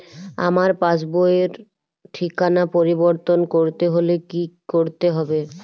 আমার পাসবই র ঠিকানা পরিবর্তন করতে হলে কী করতে হবে?